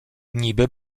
niby